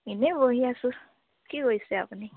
এনেই বহি আছোঁ কি কৰিছে আপুনি